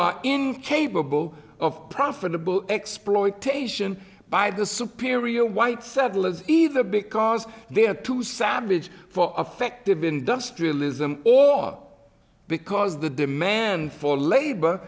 are incapable of profitable exploitation by the superior white settlers either because they are too savage for affective industrialism all because the demand for labor